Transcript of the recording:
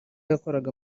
yakoraga